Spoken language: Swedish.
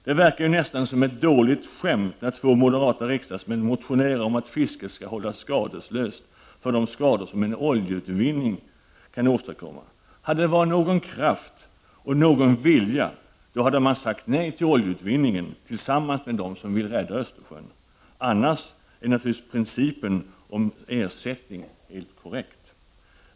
Det verkar nästan som ett dåligt skämt när två moderata riksdagsmän motionerar om att fisket skall hållas skadeslöst för de skador som en oljeutvinning kan åstadkomma. Hade det varit någon kraft och någon vilja, då hade de sagt nej till oljeutvinningen tillsammans med dem som vill rädda Östersjön. Annars är naturligtvis principen om ersättning helt korrekt.